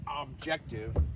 objective